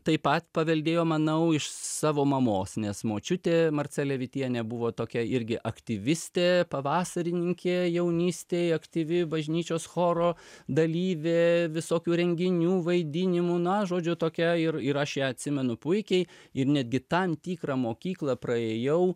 taip pat paveldėjo manau iš savo mamos nes močiutė marcelė vitienė buvo tokia irgi aktyvistė pavasarininkė jaunystėj aktyvi bažnyčios choro dalyvė visokių renginių vaidinimų na žodžiu tokia ir ir aš ją atsimenu puikiai ir netgi tam tikrą mokyklą praėjau